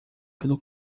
pelo